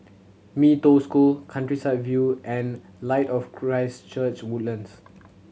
Mee Toh School Countryside View and Light of Christ Church Woodlands